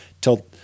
till